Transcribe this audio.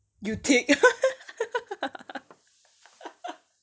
you tick